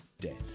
dead